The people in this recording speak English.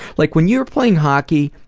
like when you're playing hockey,